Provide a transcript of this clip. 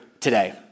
today